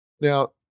Now